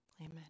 Amen